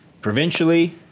provincially